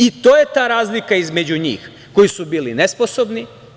I to je ta razlika između njih, koji su bili nesposobni.